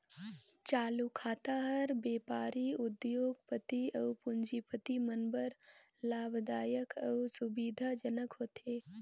चालू खाता हर बेपारी, उद्योग, पति अउ पूंजीपति मन बर लाभदायक अउ सुबिधा जनक होथे